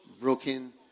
Broken